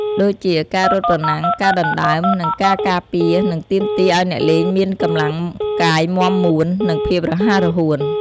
ដូចជា ការរត់ប្រណាំង ការដណ្ដើម និងការការពារ និងទាមទារឱ្យអ្នកលេងមានកម្លាំងកាយមាំមួន និងភាពរហ័សរហួន។